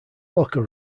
locker